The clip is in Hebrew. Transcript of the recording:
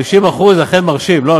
50% זה אכן מרשים, לא?